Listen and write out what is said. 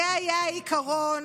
זה היה העיקרון